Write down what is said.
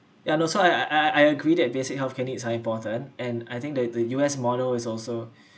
ya I know so I I I I agree that basic healthcare needs are important and I think that the U_S model is also